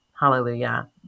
Hallelujah